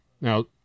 Now